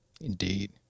Indeed